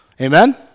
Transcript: Amen